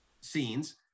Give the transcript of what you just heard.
scenes